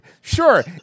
Sure